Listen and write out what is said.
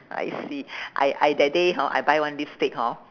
I see I I that day hor I buy one lipstick hor